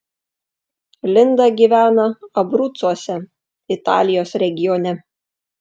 linda gyvena abrucuose italijos regione